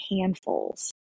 handfuls